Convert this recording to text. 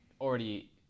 already